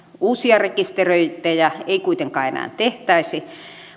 uusia rekisteröintejä ei kuitenkaan enää tehtäisi